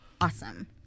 awesome